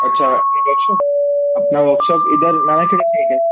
अच्छा अपनी लोकेशन अपना वर्कशॉप इधर रानाखेड़े में एक है